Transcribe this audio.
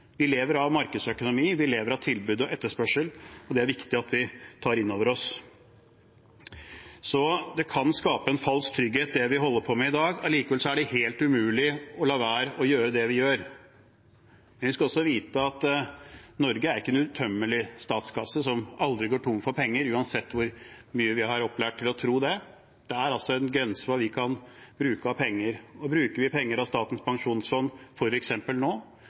Vi lever av markedsøkonomi, vi lever av tilbud og etterspørsel, og det er det viktig at vi tar inn over oss. Så det kan skape en falsk trygghet, det vi holder på med i dag, og allikevel er det helt umulig å la være å gjøre det vi gjør. Men vi skal også vite at Norge har ikke en uuttømmelig statskasse som aldri går tom for penger, uansett hvor mye vi er opplært til å tro det. Det er altså en grense for hva vi kan bruke av penger. Og bruker vi penger av Statens pensjonsfond, f.eks., nå,